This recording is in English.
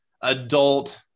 adult